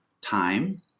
time